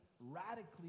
radically